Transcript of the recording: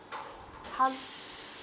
how